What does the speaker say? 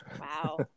Wow